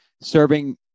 serving